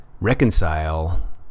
reconcile